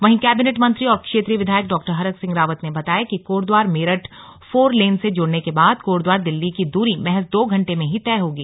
वहीं कैबिनेट मंत्री और क्षेत्रीय विधायक डॉ हरक सिंह रावत ने बताया कि कोटद्वार मेरठ फोरलेन से जुड़ने के बाद कोटद्वार दिल्ली की दूरी महज दो घण्टे में ही तय होगी